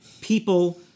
people